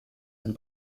and